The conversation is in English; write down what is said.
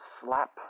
slap